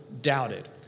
doubted